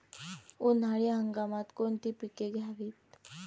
उन्हाळी हंगामात कोणती पिके घ्यावीत?